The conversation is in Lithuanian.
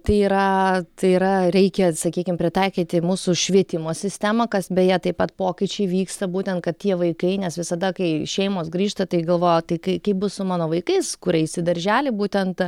tai yra tai yra reikia sakykim pritaikyti mūsų švietimo sistemą kas beje taip pat pokyčiai vyksta būtent kad tie vaikai nes visada kai šeimos grįžta tai galvoja o tai k kaip bus su mano vaikais kur eis į darželį būtent